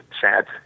sad